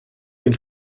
den